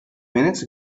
minutes